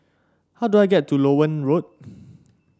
how do I get to Loewen Road